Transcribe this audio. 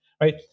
right